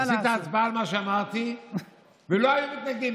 עשית הצבעה על מה שאמרתי ולא היו מתנגדים.